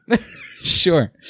Sure